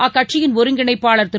அக்கட்சியின் ஒருங்கிணைப்பாளர் திரு